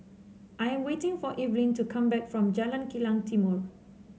I am waiting for Evelyne to come back from Jalan Kilang Timor